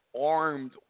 armed